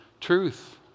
truth